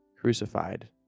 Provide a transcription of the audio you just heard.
crucified